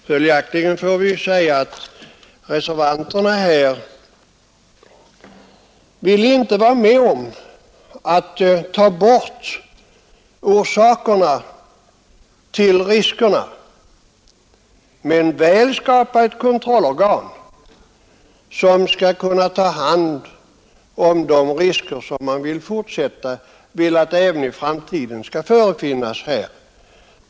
Följaktligen får vi säga att reservanterna här inte vill vara med om att ta bort orsakerna till riskerna men väl vill skapa ett kontrollorgan som får ta hand om de risker som de menar även i framtiden skall förefinnas.